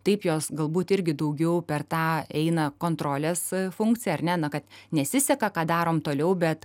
taip jos galbūt irgi daugiau per tą eina kontrolės funkcija ar ne na kad nesiseka ką darom toliau bet